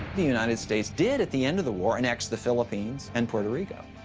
the united states did, at the end of the war, annex the philippines and puerto rico.